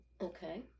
Okay